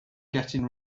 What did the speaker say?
getting